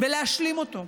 ולהשלים אותו.